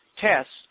tests